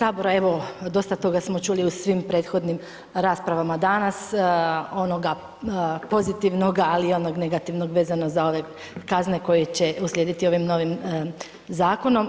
Evo, dosta toga smo čuli u svim prethodnim raspravama danas, onoga pozitivnog, ali i onog negativnog vezano za ove kazne koje će uslijediti ovim novim zakonom.